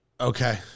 Okay